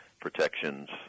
protections